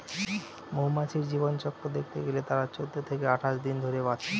মৌমাছির জীবনচক্র দেখতে গেলে তারা চৌদ্দ থেকে আঠাশ দিন ধরে বাঁচে